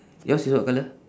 yours is what colour